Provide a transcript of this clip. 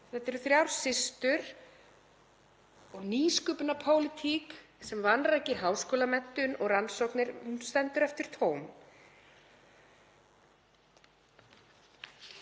Þetta eru þrjár systur og nýsköpunarpólitík sem vanrækir háskólamenntun og rannsóknir stendur eftir tóm.